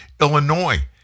Illinois